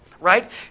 right